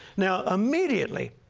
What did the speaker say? now, immediately,